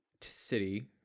city